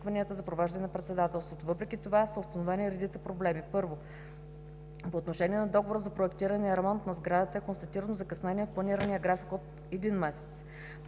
Въпреки това са установени редица проблеми: